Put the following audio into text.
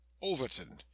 Overton